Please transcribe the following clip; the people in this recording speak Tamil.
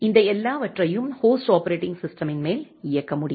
இந்த எல்லாவற்றையும் ஹோஸ்ட் ஆப்பரேட்டிங் சிஸ்டமின் மேல் இயக்க முடியும்